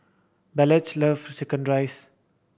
Blanchard love chicken rice